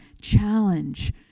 Challenge